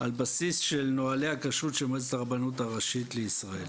על בסיס של נוהלי הכשרות של מועצת הרבנות הראשית לישראל.